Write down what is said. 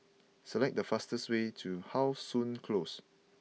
select the fastest way to How Sun Close